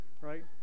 Right